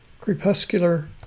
crepuscular